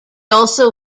also